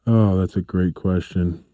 um that's a great question,